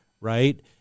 Right